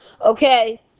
okay